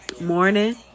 morning